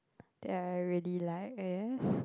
that I really like I guess